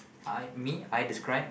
I me I describe